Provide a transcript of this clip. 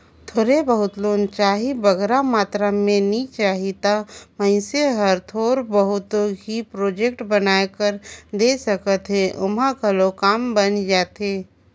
थोर बहुत लोन चाही बगरा मातरा में नी चाही ता मइनसे हर थोर बहुत ही प्रोजेक्ट बनाए कर दे सकत हे ओम्हां घलो काम बइन जाथे